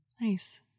Nice